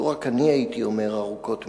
לו רק אני הייתי אומר ארוכות מדי,